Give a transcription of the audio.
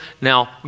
Now